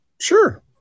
sure